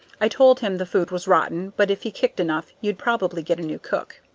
i told him the food was rotten, but if he kicked enough, you'd probably get a new cook.